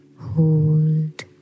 Hold